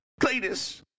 Cletus